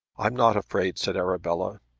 i'm not afraid, said arabella.